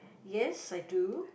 yes I do